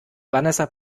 vanessa